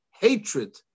hatred